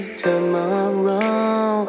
tomorrow